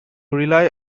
rely